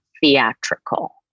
theatrical